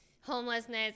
homelessness